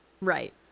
Right